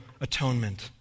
atonement